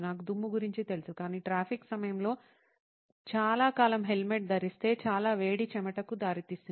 నాకు దుమ్ము గురించి తెలుసు కాని ట్రాఫిక్ సమయంలో చాలాకాలం హెల్మెట్ ధరిస్తే చాలా వేడి చెమటకు దారితీస్తుంది